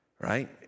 right